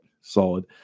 Solid